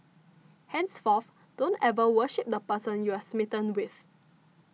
henceforth don't ever worship the person you're smitten with